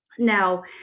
Now